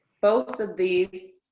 both of these